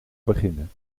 beginnen